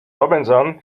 robinson